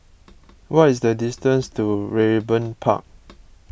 what is the distance to Raeburn Park